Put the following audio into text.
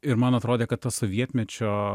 ir man atrodė kad tas sovietmečio